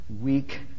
weak